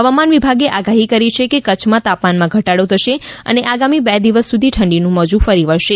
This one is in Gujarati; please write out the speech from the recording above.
હવામાન વિભાગે આગાહી કરી છે કે કચ્છના તાપમાનમાં ઘટડો થશે અને આગામી બે દિવસ સુધી ઠંડીનું મોજું ફરી વળશે